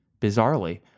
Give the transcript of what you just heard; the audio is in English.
Bizarrely